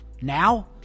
Now